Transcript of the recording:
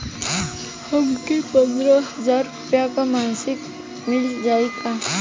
हमके पन्द्रह हजार रूपया क मासिक मिल जाई का?